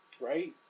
Right